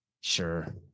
Sure